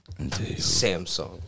Samsung